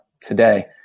today